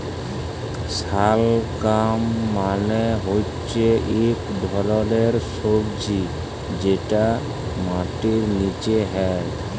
শালগাম মালে হচ্যে ইক ধরলের সবজি যেটা মাটির লিচে হ্যয়